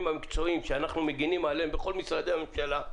המקצועיים שאנחנו מגינים עליהם בכל משרדי הממשלה,